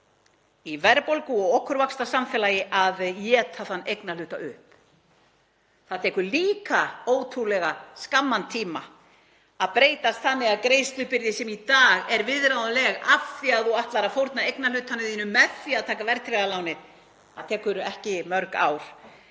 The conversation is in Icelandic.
í verðbólgu- og okurvaxtasamfélagi að éta þann eignarhluta upp. Það tekur líka ótrúlega skamman tíma að breytast þannig að greiðslubyrði sem í dag er viðráðanleg af því að þú ætlar að fórna eignarhlutanum þínum með því að taka verðtryggða lánið — það tekur ekki mörg ár